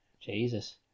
Jesus